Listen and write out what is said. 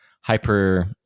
hyper